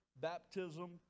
baptism